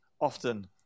often